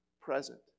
present